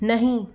नहीं